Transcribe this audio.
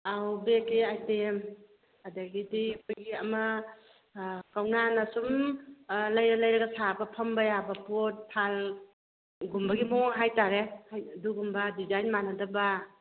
ꯑꯥꯎ ꯕꯦꯒꯀꯤ ꯏꯇꯦꯝ ꯑꯗꯨꯗꯒꯤꯗꯤ ꯑꯩꯈꯣꯏꯒꯤ ꯑꯃ ꯀꯧꯅꯥꯅ ꯁꯨꯝ ꯑꯥ ꯂꯩꯔ ꯂꯩꯔꯒ ꯁꯥꯕ ꯐꯝꯕ ꯌꯥꯕ ꯄꯣꯠ ꯐꯥꯟꯒꯨꯝꯕꯒꯤ ꯃꯑꯣꯡ ꯍꯥꯏꯕꯇꯥꯔꯦ ꯑꯗꯨꯒꯨꯝꯕ ꯗꯤꯖꯥꯏꯟ ꯃꯥꯟꯅꯗꯕ